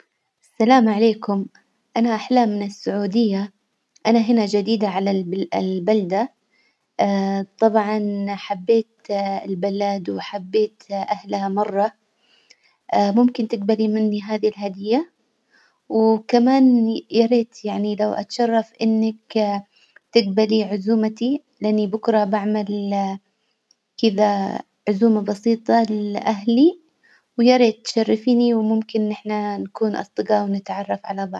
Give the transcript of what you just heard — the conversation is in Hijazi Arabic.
السلام عليكم، أنا أحلام من السعودية، أنا هنا جديدة على البل- البلدة طبعا حبيت البلد، وحبيت أهلها مرة ممكن تجبلي مني هذي الهدية؟ وكمان يا ريت يعني لو أتشرف إنك تجبلي عزومتي لأني بكره بعمل كذا عزومة بسيطة لأهلي ويا ريت تشرفيني، وممكن إن إحنا نكون أصدجاء ونتعرف على بعض.